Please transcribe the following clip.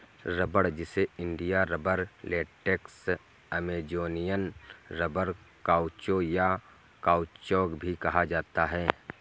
रबड़, जिसे India rubber, latex, Amazonian rubber, काउचो, या काउचौक भी कहा जाता है